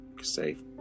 safe